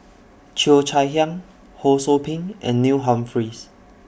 Cheo Chai Hiang Ho SOU Ping and Neil Humphreys